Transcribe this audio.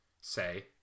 Say